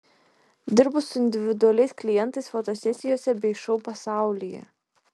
dirbu su individualiais klientais fotosesijose bei šou pasaulyje